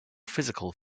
physical